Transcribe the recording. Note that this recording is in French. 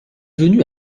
venu